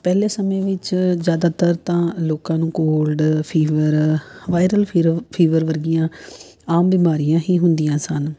ਪਹਿਲੇ ਸਮੇਂ ਵਿੱਚ ਜ਼ਿਆਦਾਤਰ ਤਾਂ ਲੋਕਾਂ ਨੂੰ cold fever viral fever fever ਵਰਗੀਆਂ ਆਮ ਬਿਮਾਰੀਆਂ ਹੀ ਹੁੰਦੀਆਂ ਸਨ